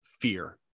fear